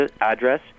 address